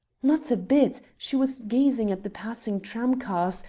not a bit she was gazing at the passing tramcars,